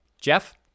Jeff